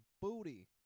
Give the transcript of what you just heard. booty